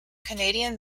canadian